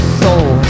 soul